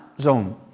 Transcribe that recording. zone